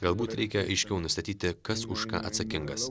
galbūt reikia aiškiau nustatyti kas už ką atsakingas